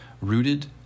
rooted